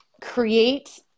create